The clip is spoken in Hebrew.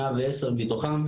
110 מתוכם,